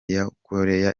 yakoreye